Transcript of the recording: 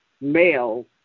male